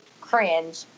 cringe